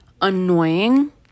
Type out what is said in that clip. annoying